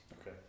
Okay